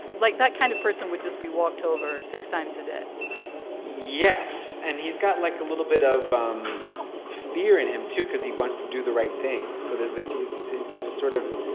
like that kind of person would just be walked over six times a day yes. and he's got like a little bit of um fear in him, too, because he wants to do the right thing. so there's like he's just sort of